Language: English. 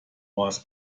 was